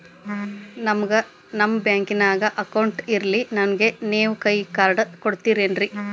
ನನ್ಗ ನಮ್ ಬ್ಯಾಂಕಿನ್ಯಾಗ ಅಕೌಂಟ್ ಇಲ್ರಿ, ನನ್ಗೆ ನೇವ್ ಕೈಯ ಕಾರ್ಡ್ ಕೊಡ್ತಿರೇನ್ರಿ?